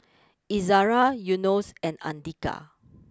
Izzara Yunos and Andika